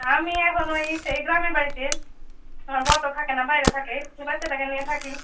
আমি এখন ওই তে গ্রামের বাড়িতে হ্যাঁ বর তো থাকে না বাইরে থাকে শুধু বাচ্চাটাকে নিয়ে থাকি